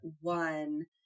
one